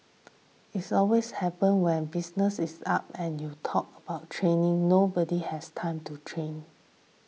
it always happens when business up and you talk about training nobody has time to train